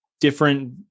different